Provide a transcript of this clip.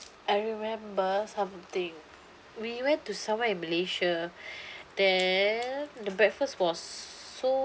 I remember something we went to somewhere in malaysia then the breakfast was so